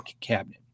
cabinet